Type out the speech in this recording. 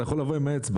אתה יכול לבוא עם האצבע.